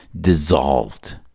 dissolved